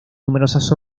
numerosas